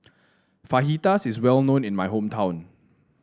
Fajitas is well known in my hometown